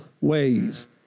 ways